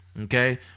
Okay